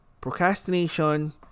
procrastination